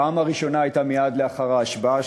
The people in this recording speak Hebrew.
הפעם הראשונה הייתה מייד לאחר ההשבעה,